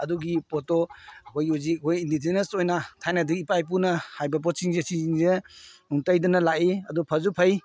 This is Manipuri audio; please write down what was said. ꯑꯗꯨꯒꯤ ꯄꯣꯠꯇꯣ ꯑꯩꯈꯣꯏꯒꯤ ꯍꯧꯖꯤꯛ ꯑꯩꯈꯣꯏ ꯏꯟꯗꯤꯖꯤꯅꯁ ꯑꯣꯏꯅ ꯊꯥꯏꯅꯗꯤ ꯏꯄꯥ ꯏꯄꯨꯅ ꯍꯥꯏꯕ ꯄꯣꯠꯁꯤꯡꯁꯦ ꯁꯤꯁꯤꯡꯁꯦ ꯇꯩꯗꯅ ꯂꯥꯛꯏ ꯑꯗꯨ ꯐꯁꯨ ꯐꯩ